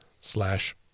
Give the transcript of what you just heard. slash